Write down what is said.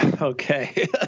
Okay